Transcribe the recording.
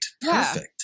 Perfect